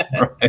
right